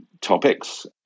topics